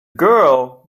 girl